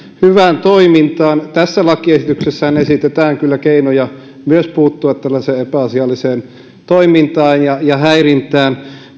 hyvään toimintaan tässä lakiesityksessähän esitetään kyllä keinoja puuttua myös epäasialliseen toimintaan ja ja häirintään